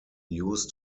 used